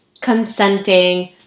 consenting